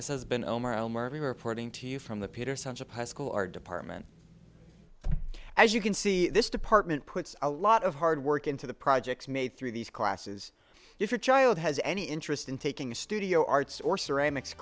to you from the peter sounds of high school our department as you can see this department puts a lot of hard work into the projects made through these classes if your child has any interest in taking a studio arts or ceramics